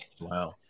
Wow